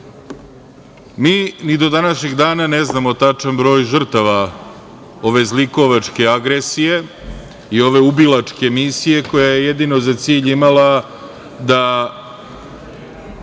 ni do današnjeg dana ne znamo tačan broj žrtava ove zlikovačke agresije i ove ubilačke misija koja je jedino za cilj imala da